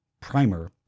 primer